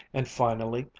and finally,